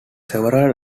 several